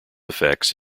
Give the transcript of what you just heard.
effects